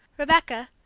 rebecca,